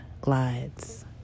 glides